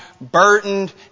burdened